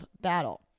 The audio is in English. battle